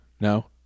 no